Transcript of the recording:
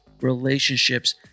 relationships